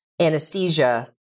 anesthesia